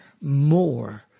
more